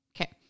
Okay